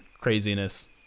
craziness